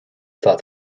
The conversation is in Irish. atá